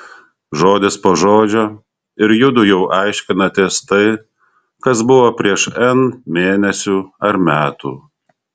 žodis po žodžio ir judu jau aiškinatės tai kas buvo prieš n mėnesių ar metų